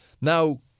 Now